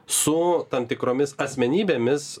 su tam tikromis asmenybėmis